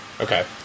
Okay